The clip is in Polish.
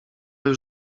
już